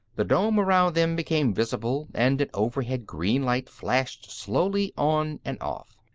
the dome around them became visible, and an overhead green light flashed slowly on and off.